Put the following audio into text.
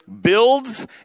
builds